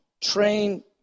train